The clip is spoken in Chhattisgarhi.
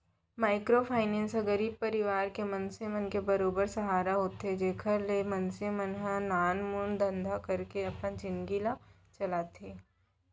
माइक्रो फायनेंस ह गरीब परवार के मनसे मन के बरोबर सहारा होथे जेखर ले मनसे मन ह नानमुन धंधा करके अपन जिनगी ल चलाथे